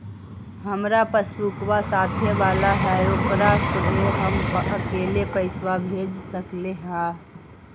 हमार पासबुकवा साथे वाला है ओकरा से हम अकेले पैसावा भेज सकलेहा?